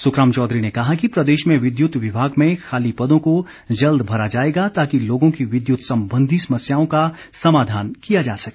सुखराम चौधरी ने कहा कि प्रदेश में विद्युत विभाग में खाली पदों को जल्द भरा जाएगा ताकि लोगों की विद्युत संबंधी समस्याओं का समाधान किया जा सके